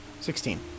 Sixteen